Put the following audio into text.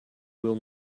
will